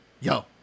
Yo